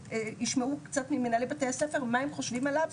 וישמעו קצת ממנהלי בתי הספר מה הם חושבים עליו,